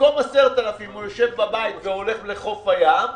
במקום 10,000 הוא יושב בבית והולך לחוף הים,